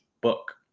book